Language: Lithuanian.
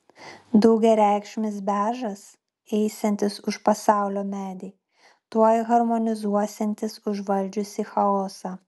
daugiareikšmis beržas eisiantis už pasaulio medį tuoj harmonizuosiantis užvaldžiusį chaosą